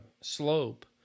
slope